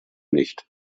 nicht